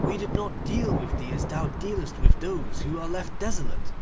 we did not deal with thee as thou dealest with those who are left desolate,